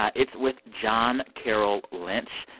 ah it's with john carroll lynch.